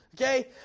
Okay